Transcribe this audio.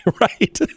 right